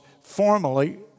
formally